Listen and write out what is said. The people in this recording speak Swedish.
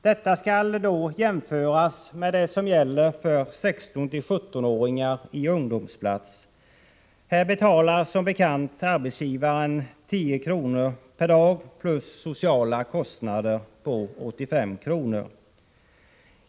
Detta skall då jämföras med det som gäller för 16-17-åringar i ungdomsplats. Här betalar, som bekant, arbetsgivaren 10 kr. per dag plus sociala kostnader på 85 kr.